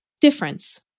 difference